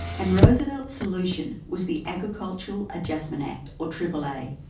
and roosevelt's solution was the agricultural adjustment act, or triple-a.